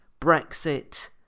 Brexit